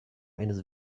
eines